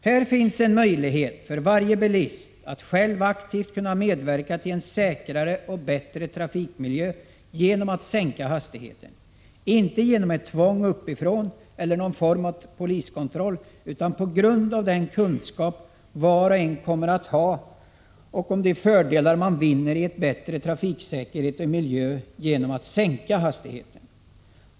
Här finns en möjlighet för varje bilist att genom att sänka hastigheten själv aktivt medverka till en säkrare och bättre trafikmiljö — inte genom tvång uppifrån eller genom någon form av poliskontroll utan till följd av den kunskap som var och en kommer att ha om de fördelar i form av bättre trafiksäkerhet och miljö som man vinner genom att sänka hastigheten.